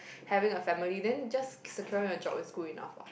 having a family then just securing a job is good enough what